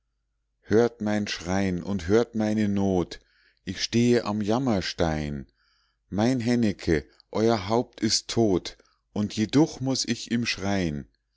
hört mein schrein und hört meine not ich stehe am jammerstein mein hennecke euer haupt ist tot und jeduch muß ich ihm schrein